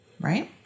Right